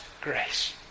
grace